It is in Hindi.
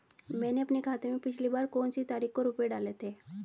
मैंने अपने खाते में पिछली बार कौनसी तारीख को रुपये डाले थे?